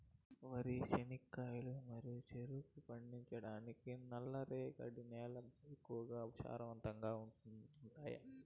వరి, చెనక్కాయలు మరియు చెరుకు పండించటానికి నల్లరేగడి నేలలు ఎక్కువగా సారవంతంగా ఉంటాయా?